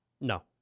no